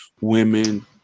women